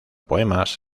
poemas